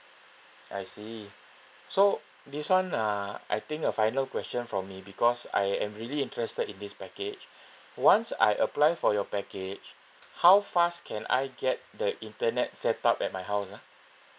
I see so this one uh I think a final question from me because I am really interested in this package once I apply for your package how fast can I get the internet set up at my house ah